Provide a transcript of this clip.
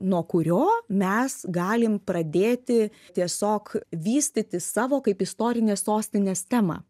nuo kurio mes galim pradėti tiesiog vystyti savo kaip istorinės sostinės temą